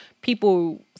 people